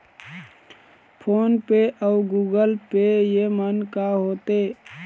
Phone पे अउ Google Pay येमन का होते?